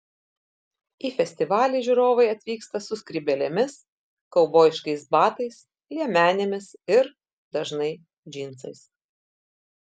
į festivalį žiūrovai atvyksta su skrybėlėmis kaubojiškais batais liemenėmis ir dažnai džinsais